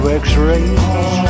x-rays